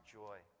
joy